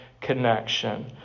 connection